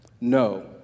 No